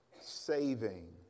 saving